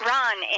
Ron